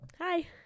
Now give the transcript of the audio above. hi